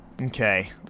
Okay